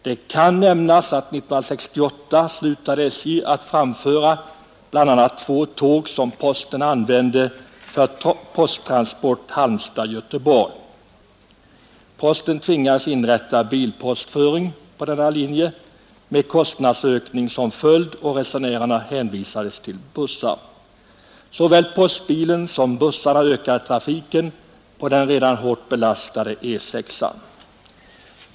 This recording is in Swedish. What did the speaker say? Det kan nämnas att SJ 1968 slutade att framföra bl.a. två tåg, som posten använde för posttransport Halmstad—Göteborg. Posten tvingades inrätta bilpostföring på denna linje med kostnadsökning som följd, och resenärerna hänvisades till bussar. Såväl postbilen som bussarna ökade trafiken på den redan hårt belastade väg E 6.